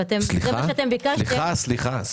-- וזה מה שאתם ביקשתם -- סליחה, סליחה.